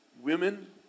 women